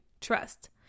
Trust